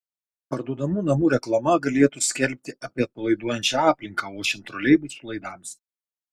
parduodamų namų reklama galėtų skelbti apie atpalaiduojančią aplinką ošiant troleibusų laidams